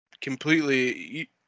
completely